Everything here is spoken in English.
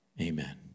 Amen